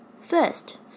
First